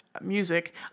music